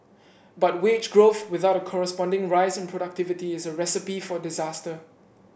but wage growth without a corresponding rise in productivity is a recipe for disaster